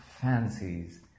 fancies